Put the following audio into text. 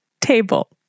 table